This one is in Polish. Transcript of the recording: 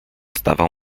zdawał